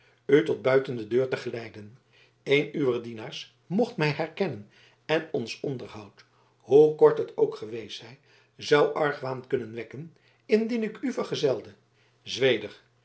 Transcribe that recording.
u tot buiten de deur te geleiden een uwer dienaars mocht mij herkennen en ons onderhoud hoe kort het ook geweest zij zou argwaan kunnen wekken indien ik u vergezelde zweder